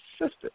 sister